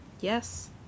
yes